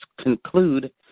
conclude